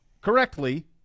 correctly